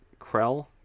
Krell